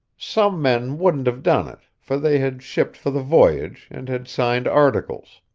some men wouldn't have done it, for they had shipped for the voyage, and had signed articles.